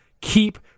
keep